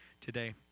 today